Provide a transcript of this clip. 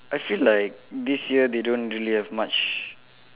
I feel like this year they don't really have much